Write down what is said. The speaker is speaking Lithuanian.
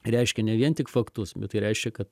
reiškia ne vien tik faktus bet tai reiškia kad